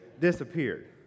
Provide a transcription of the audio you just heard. disappeared